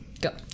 Go